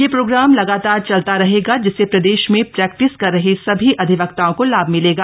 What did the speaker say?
यह प्रोग्राम लगातार चलता रहेगा जिससे प्रदेश में प्रैक्टिस कर रहे सभी अधिवक्ताओं को लाभ मिलेगा